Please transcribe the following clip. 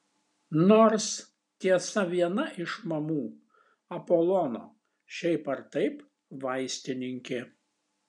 nors tiesa viena iš mamų apolono šiaip ar taip vaistininkė